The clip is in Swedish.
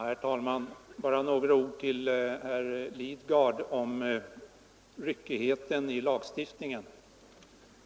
Herr talman! Bara några ord till herr Lidgard om ryckigheten i lagstiftningen.